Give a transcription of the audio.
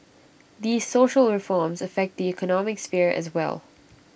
these social reforms affect the economic sphere as well